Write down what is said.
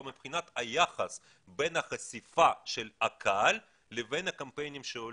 מבחינת היחס בין החשיפה של הקהל לבין הקמפיינים שעולים.